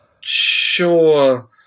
sure